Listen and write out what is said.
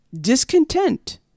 discontent